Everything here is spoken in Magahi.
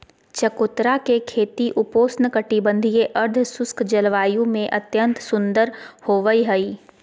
चकोतरा के खेती उपोष्ण कटिबंधीय, अर्धशुष्क जलवायु में अत्यंत सुंदर होवई हई